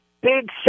big